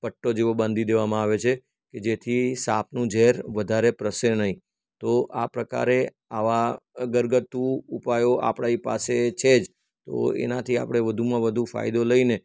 પટ્ટો જેવો બાંધી દેવામાં આવે છે કે જેથી સાપનું ઝેર વધારે પ્રસરે નહીં તો આ પ્રકારે આવા ઘરગથ્થુ ઉપાયો આપણી પાસે છે જ તો એનાથી આપણે વધુમાં વધુ ફાયદો લઈને